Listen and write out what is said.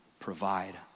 provide